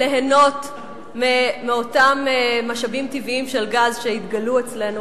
ליהנות מאותם משאבים טבעיים של גז שהתגלו אצלנו,